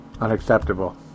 Unacceptable